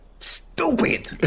stupid